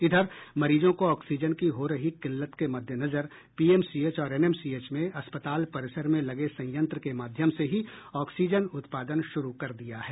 इधर मरीजों को ऑक्सीजन की हो रही किल्लत के मद्देनजर पीएमसीएच और एनएमसीएच में अस्पताल परिसर में लगे संत्रंय के माध्यम से ही ऑक्सीजन उत्पादन शुरू कर दिया है